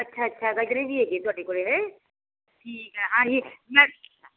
ਅੱਛਾ ਅੱਛਾ ਗਜਰੇ ਵੀ ਹੈਗੀ ਤੁਹਾਡੇ ਕੋਲੇ ਹੈਂ ਠੀਕ ਹੈ ਮੈਂ ਇਹ